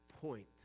point